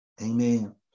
Amen